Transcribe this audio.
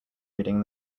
reading